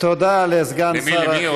תודה לסגן שר החינוך.